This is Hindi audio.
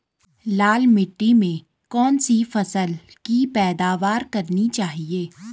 लाल मिट्टी में कौन सी फसल की पैदावार करनी चाहिए?